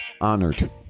Honored